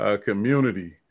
community